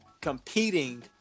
Competing